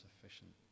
sufficient